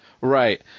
Right